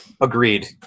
Agreed